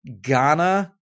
Ghana